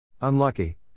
Unlucky